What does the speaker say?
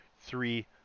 three